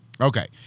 Okay